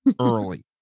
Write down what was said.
early